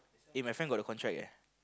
eh my friend got the contract eh